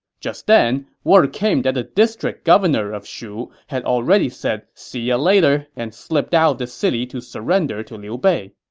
just then, word came that the district governor of shu had already said see ya later and slipped out of the city to surrender to liu bei.